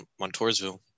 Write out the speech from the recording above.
Montoursville